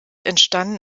entstanden